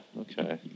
okay